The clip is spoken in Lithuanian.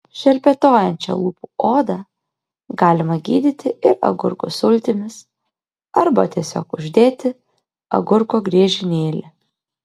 šerpetojančią lūpų odą galima gydyti ir agurkų sultimis arba tiesiog uždėti agurko griežinėlį